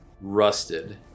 rusted